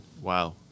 Wow